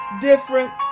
different